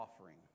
offering